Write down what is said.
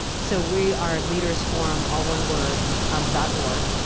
so we are leadersforum all one word um dot org.